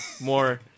more